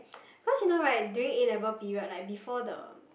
cause you know like during A-level period like before the